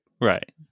Right